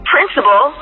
principal